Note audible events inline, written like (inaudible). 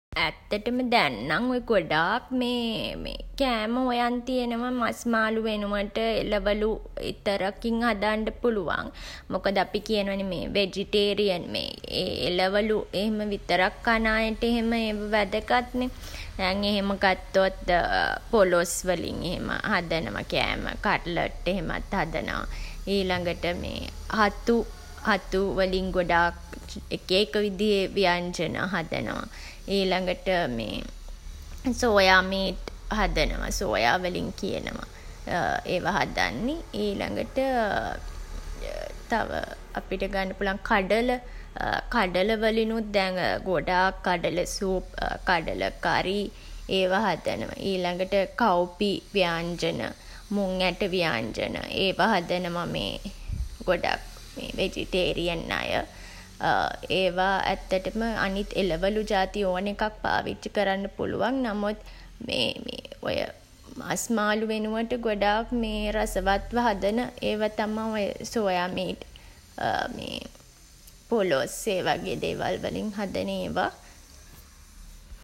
ඇත්තටම දැන් නම් ඔය ගොඩාක් (hesitation) මේ කෑම හොයන් තියනවා මස් මාළු වෙනුවට එළවලු විතරකින් හදන්ඩ පුළුවන්. මොකද අපි කියනවා නේ මේ වෙජිටේරියන් (hesitation) එළවලු එහෙම විතරක් කන අයට එහෙම වැදගත් නේ. දැන් එහෙම ගත්තොත් (hesitation) පොළොස් වලින් එහෙම හදනවා කෑම. කට්ලට් එහෙමත් හදනවා. ඊළඟට (hesitation) හතු. හතු වලින් ගොඩාක් එක එක විදිහේ ව්‍යංජන හදනවා. ඊළඟට (hesitation) සෝයා මීට් හදනවා. සෝයා වලින් කියනවා (hesitation) ඒවා හදන්නේ. ඊළඟට (hesitation) තව අපිට ගන්න පුළුවන් කඩල. (hesitation) කඩල වලිනුත් දැන් ගොඩාක් කඩල සුප්, (hesitation) කඩල කරි ඒවා හදනවා. ඊළඟට කව්පි ව්‍යාංජන, මුං ඇට ව්‍යාංජන ඒවා හදනවා මේ ගොඩක් වෙජිටේරියන් අය. (hesitation) ඒවා ඇත්තටම අනිත් එළවලු ජාති ඕන එකක් පාවිච්චි කරන්න පුළුවන් නමුත් මේ (hesitation) ඔය මස් මාළු වෙනුවට ගොඩාක් මේ රසවත්ව හදන ඒවා තමයි ඔය සෝයා මීට් (hesitation) පොළොස් ඒ වගේ දේවල් වලින් හදන ඒවා.